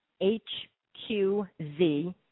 H-Q-Z